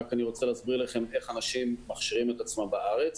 אני רוצה להסביר לכם איך אנשים מכשירים את עצמם בארץ.